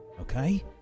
Okay